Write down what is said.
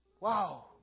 Wow